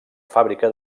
fàbrica